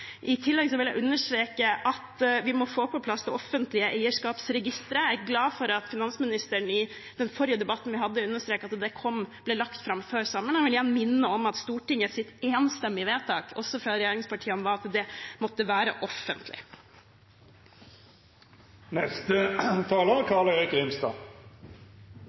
I tillegg vil jeg understreke at vi må få på plass det offentlige eierskapsregisteret. Jeg er glad for at finansministeren i den forrige debatten vi hadde, understreket at det vil bli lagt fram før sommeren, og jeg vil igjen minne om at Stortingets enstemmige vedtak – også fra regjeringspartiene – var at det måtte være offentlig.